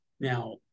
Now